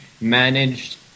managed